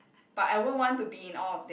but I won't want to be in all of them